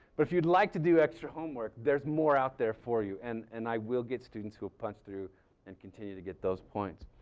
but if you'd like to do extra homework there's more out there for you and and i will get students who'll punch through and continue to get those points.